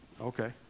Okay